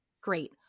great